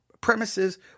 premises